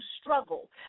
struggle